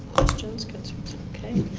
questions, concerns? okay.